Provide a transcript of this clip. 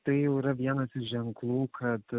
tai jau yra vienas iš ženklų kad